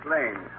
Lane